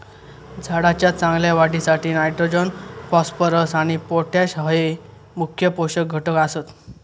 झाडाच्या चांगल्या वाढीसाठी नायट्रोजन, फॉस्फरस आणि पोटॅश हये मुख्य पोषक घटक आसत